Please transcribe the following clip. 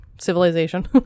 civilization